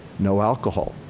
no alcohol.